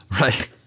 Right